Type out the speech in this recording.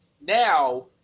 Now